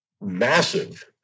massive